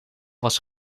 was